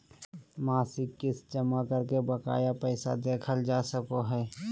मासिक किस्त जमा करके बकाया पैसा देबल जा सको हय